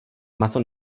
maso